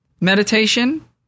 meditation